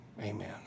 amen